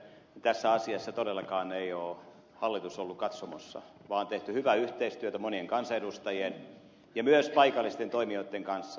tässä asiassa todellakaan ei ole hallitus ollut katsomossa vaan on tehty hyvää yhteistyötä monien kansanedustajien ja myös paikallisten toimijoitten kanssa